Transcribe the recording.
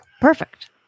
Perfect